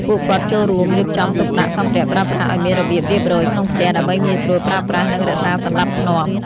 ពួកគាត់ចូលរួមរៀបចំទុកដាក់សម្ភារៈប្រើប្រាស់ឲ្យមានរបៀបរៀបរយក្នុងផ្ទះ ដើម្បីងាយស្រួលប្រើប្រាស់និងរក្សាសណ្ដាប់ធ្នាប់។